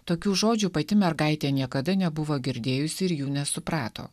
tokių žodžių pati mergaitė niekada nebuvo girdėjusi ir jų nesuprato